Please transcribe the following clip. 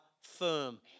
firm